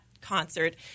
concert